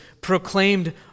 proclaimed